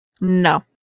No